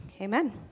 amen